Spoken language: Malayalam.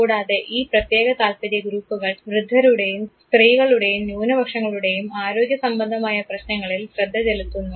കൂടാതെ ഈ പ്രത്യേക താൽപര്യ ഗ്രൂപ്പുകൾ വൃദ്ധരുടെയും സ്ത്രീകളുടെയും ന്യൂനപക്ഷങ്ങളുടെയും ആരോഗ്യ സംബന്ധമായ പ്രശ്നങ്ങളിൽ ശ്രദ്ധചെലുത്തുന്നു